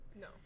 No